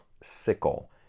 sickle